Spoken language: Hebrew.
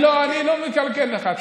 אני לא מקלקל לך.